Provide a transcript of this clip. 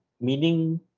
meaning